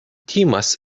timas